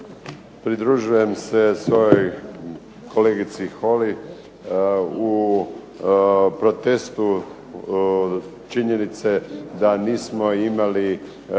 Pridružujem se svojoj kolegici Holy u protestu činjenice da nismo imali